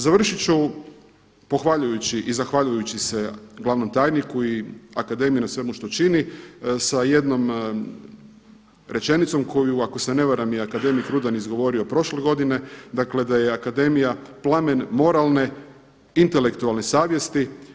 Završit ću pohvaljujući i zahvaljujući se glavnom tajniku i akademiji na svemu što čini sa jednom rečenicom koju ako se ne varam je i akademik Rudan govorio prošle godine, dakle da je akademija plamen moralne intelektualne savjesti.